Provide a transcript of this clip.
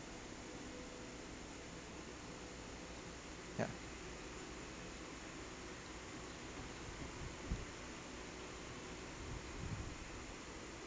ya